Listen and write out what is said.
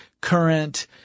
current